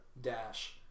Dash